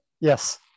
Yes